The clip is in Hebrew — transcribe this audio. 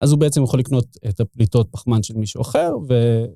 אז הוא בעצם יכול לקנות את הפליטות פחמן של מישהו אחר ו...